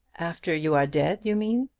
after you are dead, you mean.